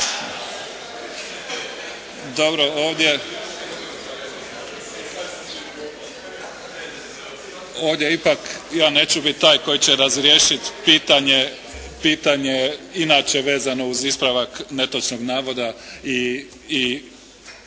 Dobro. Ovdje ipak ja neću biti taj koji će razriješiti pitanje inače vezano uz ispravak netočnog navoda i